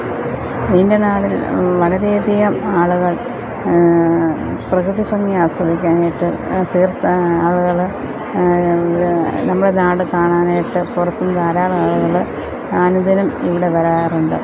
എൻ്റെ നാടിൽ വളരെയധികം ആളുകൾ പ്രകൃതി ഭംഗി ആസ്വദിക്കാൻ ആയിട്ട് തീർത്ഥ ആളുകൾ നമ്മുടെ നാട് കാണാനായിട്ട് പുറത്തുനിന്ന് ധാരാളം ആളുകൾ അനുദിനം ഇവിടെ വരാറുണ്ട്